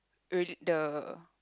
relate the